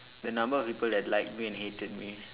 the number of people that like me and hated me